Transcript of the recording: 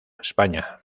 españa